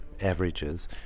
averages